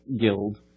Guild